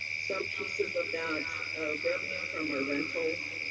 some pieces of that revenue from our rentals,